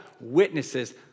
witnesses